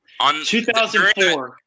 2004